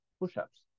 push-ups